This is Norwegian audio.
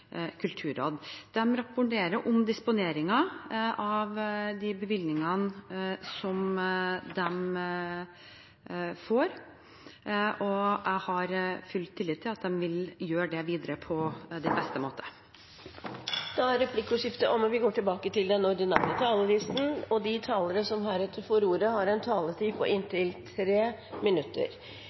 kulturråd. De rapporterer om disponeringen av de bevilgningene de får, og jeg har full tillit til at de vil gjøre det videre på den beste måte. Replikkordskiftet er omme. De talere som heretter får ordet, har en taletid på inntil 3 minutter.